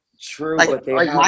true